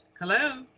hello?